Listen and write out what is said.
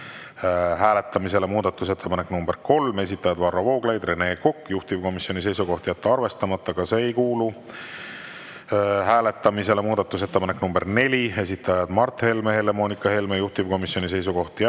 hääletamisele. Muudatusettepanek nr 3, esitajad Varro Vooglaid, Rene Kokk. Juhtivkomisjoni seisukoht on jätta arvestamata. Ka see ei kuulu hääletamisele. Muudatusettepanek nr 4, esitajad Mart Helme, Helle-Moonika Helme. Juhtivkomisjoni seisukoht